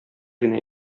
генә